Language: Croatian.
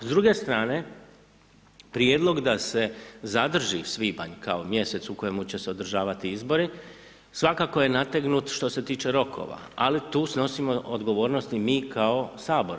S druge strane, prijedlog da se zadrži svibanj kao mjesec u kojemu će se održavati izbori, svakako je nategnut što se tiče rokova, ali tu snosimo odgovornost i mi kao Sabor.